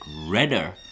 redder